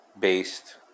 based